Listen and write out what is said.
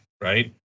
right